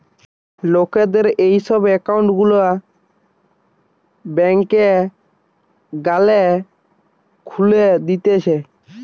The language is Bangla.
লোকদের এই সব একউন্ট গুলা ব্যাংকে গ্যালে খুলে দিতেছে